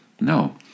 No